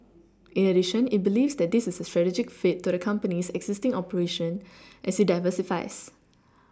in addition it believes that this is a strategic fit to the company's existing operation as it diversifies